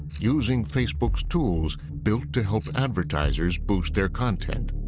using facebook's tools built to help advertisers boost their content.